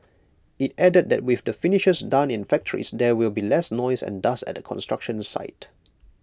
IT added that with the finishes done in factories there will be less noise and dust at the construction site